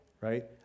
right